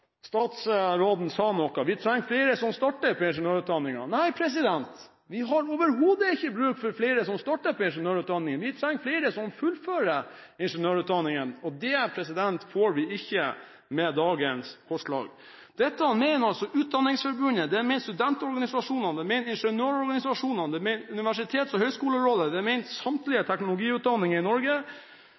Statsråden sa at vi trenger flere som starter på ingeniørutdanning. Nei, vi har overhodet ikke bruk for flere som starter på ingeniørutdanning – vi trenger flere som fullfører ingeniørutdanningen, og det får vi ikke med dagens forslag! Dette mener Utdanningsforbundet, dette mener studentorganisasjonene, dette mener ingeniørorganisasjonene, dette mener Universitets- og høgskolerådet, dette mener samtlige teknologiutdanninger i Norge,